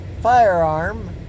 firearm